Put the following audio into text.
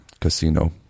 Casino